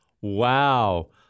Wow